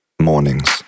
mornings